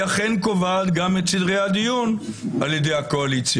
היא אכן קובעת גם את סדרי הדיון ע"י הקואליציה,